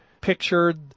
pictured